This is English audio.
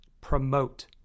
promote